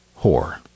whore